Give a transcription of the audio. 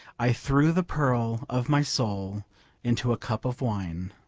i threw the pearl of my soul into a cup of wine.